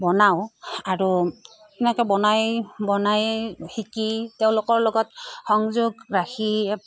বনাওঁ আৰু এনেকৈ বনাই বনাই শিকি তেওঁলোকৰ লগত সংযোগ ৰাখি